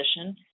position